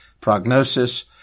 prognosis